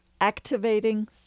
activating